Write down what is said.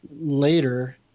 later